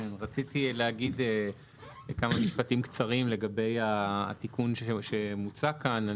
רציתי לומר כמה משפטים לגבי התיקון שמוצע כאן.